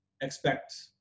expect